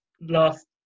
last